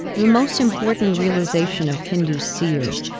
the most important realization of hindu seers,